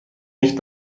nicht